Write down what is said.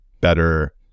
better